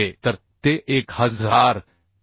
तर ते 1353